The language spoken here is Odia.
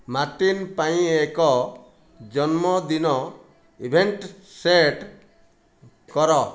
ମାର୍ଟିନ୍ ପାଇଁ ଏକ ଜନ୍ମଦିନ ଇଭେଣ୍ଟ୍ ସେଟ୍ କର